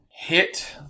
Hit